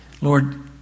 Lord